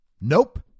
Nope